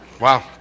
Wow